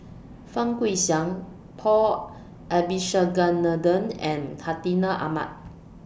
Fang Guixiang Paul Abisheganaden and Hartinah Ahmad